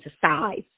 size